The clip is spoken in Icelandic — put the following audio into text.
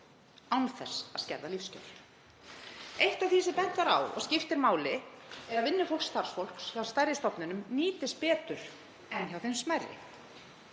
án þess að skerða lífskjör. Eitt af því sem bent var á og skiptir máli er að vinna starfsfólks hjá stærri stofnunum nýtist betur en hjá þeim smærri.